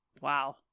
Wow